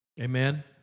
Amen